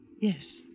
Yes